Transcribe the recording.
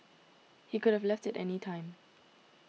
he could have left at any time